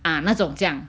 ah 那种这样